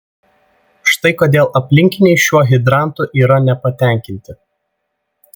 štai kodėl aplinkiniai šiuo hidrantu yra nepatenkinti